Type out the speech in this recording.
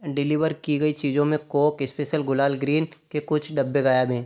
deliver की गई चीज़ों में कौक स्पेसल गुलाल ग्रीन के कुछ डब्बे गायब हैं